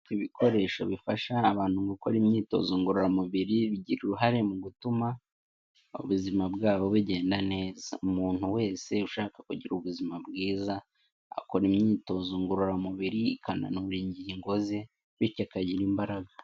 Ibikoresho bifasha abantu gukora imyitozo ngororamubiri bigira uruhare mu gutuma ubuzima bwabo bugenda neza, umuntu wese ushaka kugira ubuzima bwiza akora imyitozo ngororamubiri akananura ingingo ze bityo akagira imbaraga.